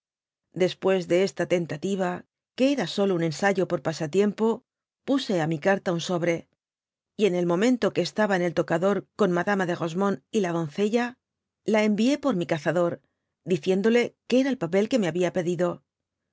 después de esta tentativa que era solo un ensayo por pasa tiempo puse á mi carta un sobre y el momento que estaba en el tocador con madama de rosemonde y la doncella la envié por mi cazador diciendole que era el papel que me habia pedido